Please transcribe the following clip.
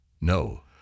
No